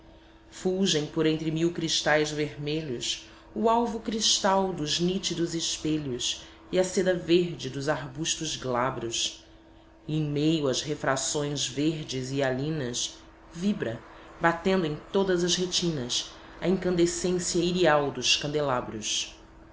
fulgem por entre mil cristais vermelhos o alvo cristal dos nítidos espelhos e a seda verde dos arbustos glabros e em meio às refrações verdes e hialinas vibra batendo em todas as retinas a incandescência irial dos candelabros